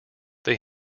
they